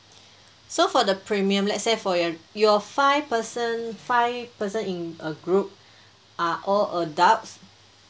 so for the premium let's say for your your five person five person in a group are all adults